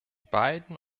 beiden